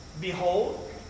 Behold